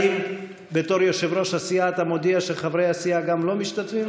האם בתור יושב-ראש הסיעה אתה מודיע שגם חברי הסיעה לא משתתפים?